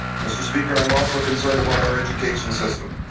mr. speaker, i'm also concerned about our education system.